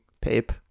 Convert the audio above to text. pape